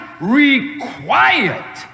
required